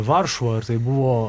varšuvoj ar tai buvo